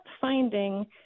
finding